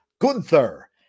Gunther